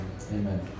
amen